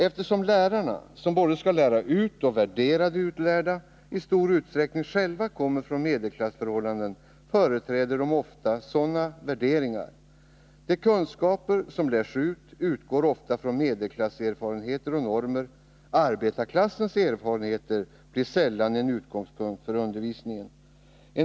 Eftersom lärarna, som både skall lära ut och värdera det utlärda, i stor utsträckning själva kommer från medelklassförhållanden, företräder de ofta sådana värderingar. De kunskaper som lärs ut utgår ofta från medelklassens erfarenheter och normer. Arbetarklassens erfarenheter blir sällan en utgångspunkt för undervisningen.